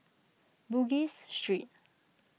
Bugis Street